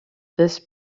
this